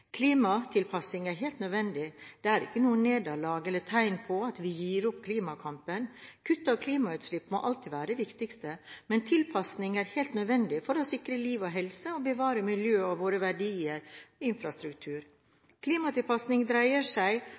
er helt nødvendig. Det er ikke noe nederlag eller tegn på at vi gir opp klimakampen. Kutt i klimautslipp må alltid være det viktigste, men tilpasning er helt nødvendig for å sikre liv og helse og bevare miljø, verdier og infrastruktur. Klimatilpasning dreier seg